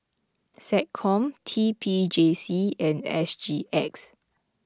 SecCom T P J C and S G X